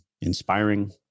inspiring